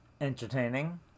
entertaining